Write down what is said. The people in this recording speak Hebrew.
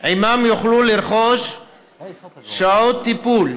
שעימו יוכלו לרכוש שעות טיפול,